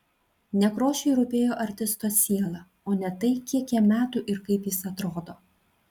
nekrošiui rūpėjo artisto siela o ne tai kiek jam metų ir kaip jis atrodo